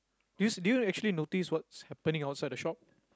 do you s~ do you actually notice what's happening outside the shop